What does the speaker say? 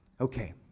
Okay